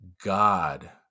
God